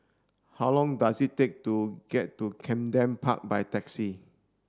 how long does it take to get to Camden Park by taxi